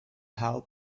how